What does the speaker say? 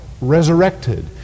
Resurrected